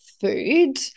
food